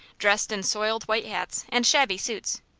dressed in soiled white hats and shabby suits,